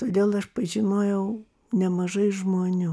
todėl aš pažinojau nemažai žmonių